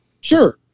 sure